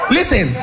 Listen